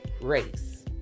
race